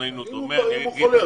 רצוננו דומה.